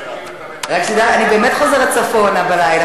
רק שתדע שאני באמת חוזרת צפונה בלילה,